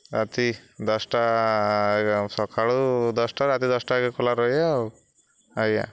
ରାତି ଦଶଟା ସକାଳୁ ଦଶଟା ରାତି ଦଶଟା ଯାଏଁ ଖୋଲା ରୁହେ ଆଉ ଆଜ୍ଞା